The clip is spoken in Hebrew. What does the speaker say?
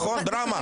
נכון, דרמה.